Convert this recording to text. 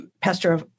Pastor